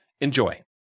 Enjoy